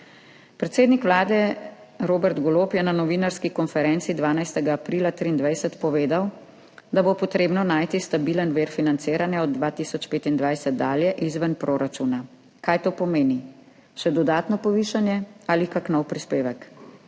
Predsednik Vlade Robert Golob je na novinarski konferenci 12. aprila 2023 povedal, da bo treba najti stabilen vir financiranja od 2025 dalje izven proračuna. Kaj to pomeni? Še dodatno povišanje ali kak nov prispevek?